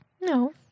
No